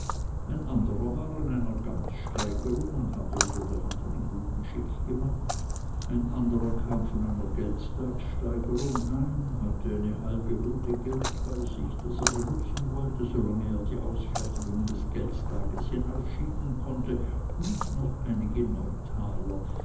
ein anderer war an einer gantsteigerung und hatte unter der hand einen guten schick gemacht ein anderer kam von einer geldstagssteigerung heim hatte eine halbe hutte geld bei sich das er benutzen wollte so lange er die ausfertigung des geldstages hinausschieben konnte und noch einige neutaler